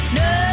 no